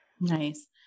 Nice